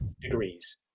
degrees